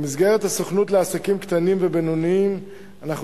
במסגרת הסוכנות לעסקים קטנים ובינוניים אנחנו